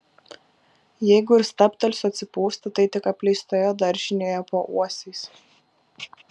jeigu ir stabtelsiu atsipūsti tai tik apleistoje daržinėje po uosiais